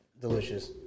delicious